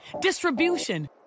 distribution